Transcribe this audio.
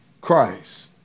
Christ